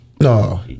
No